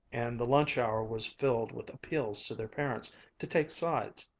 and the lunch hour was filled with appeals to their parents to take sides.